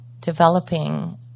developing